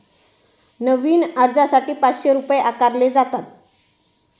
नवीन अर्जासाठी पाचशे रुपये आकारले जातात